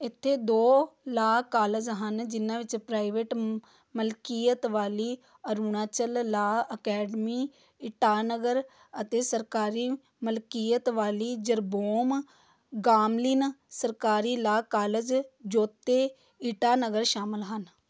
ਇੱਥੇ ਦੋ law college ਹਨ ਜਿਨ੍ਹਾਂ ਵਿੱਚ ਪ੍ਰਾਈਵੇਟ ਮ ਮਲਕੀਅਤ ਵਾਲੀ ਅਰੁਣਾਚਲ ਲਾਅ ਅਕੈਡਮੀ ਈਟਾਨਗਰ ਅਤੇ ਸਰਕਾਰੀ ਮਲਕੀਅਤ ਵਾਲੀ ਜਰਬੋਮ ਗਾਮਲਿਨ ਸਰਕਾਰੀ ਲਾਅ ਕਾਲਜ ਜੋਤੇ ਈਟਾਨਗਰ ਸ਼ਾਮਲ ਹਨ